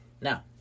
now